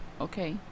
Okay